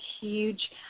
huge